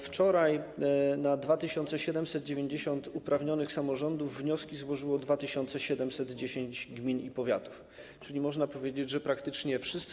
Wczoraj na 2790 uprawnionych samorządów wnioski złożyło 2710 gmin i powiatów, czyli można powiedzieć, że praktycznie wszyscy.